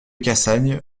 cassagne